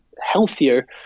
healthier